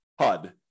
HUD